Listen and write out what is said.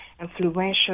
influential